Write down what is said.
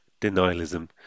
Denialism